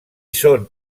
són